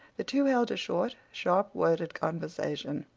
the two held a short, sharp-worded conversation.